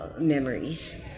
memories